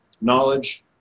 knowledge